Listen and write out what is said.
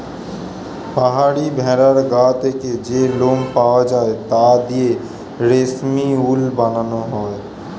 পাহাড়ি ভেড়ার গা থেকে যে লোম পাওয়া যায় তা দিয়ে রেশমি উল বানানো হয়